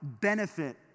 benefit